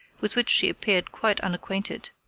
with which she appeared quite unacquainted,